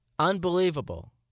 Unbelievable